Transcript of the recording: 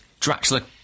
Draxler